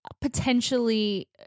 potentially